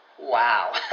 wow